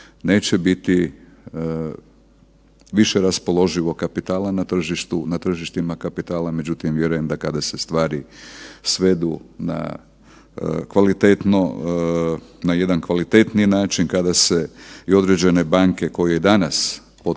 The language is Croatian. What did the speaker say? neće biti više raspoloživog kapitala na tržištima kapitala, međutim da kada se stvari svedu na jedan kvalitetniji način, kada se i određene banke koje danas preprodaju